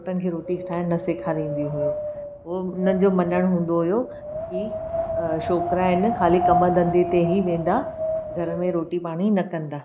पुटनि खे रोटी ठाहिणु न सेखारींदीयूं हुयूं हुनजो मञिणो हूंदो हुओ कि छोकिरा आहिनि ख़ाली कमु धंधे ते ई वेंदा घर में रोटी पाणी न कंदा